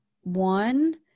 one